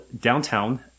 downtown